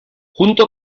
junto